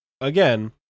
Again